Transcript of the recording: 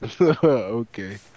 Okay